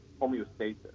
homeostasis